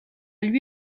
lui